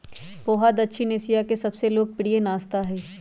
पोहा दक्षिण एशिया के सबसे लोकप्रिय नाश्ता हई